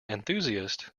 enthusiast